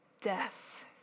Death